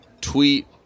tweet